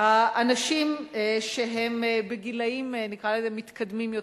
האנשים שהם בגילים, נקרא לזה, מתקדמים יותר,